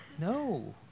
No